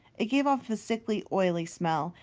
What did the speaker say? it gave off a sickly, oily smell,